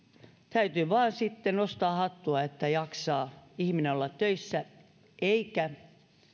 täytyy vain sitten nostaa hattua että jaksaa ihminen olla töissä eikä